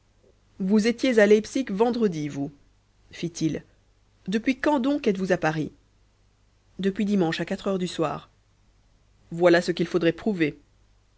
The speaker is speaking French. vous étiez à leipzig vendredi vous fit-il depuis quand donc êtes-vous à paris depuis dimanche à quatre heures du soir voilà ce qu'il faudrait prouver